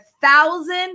thousand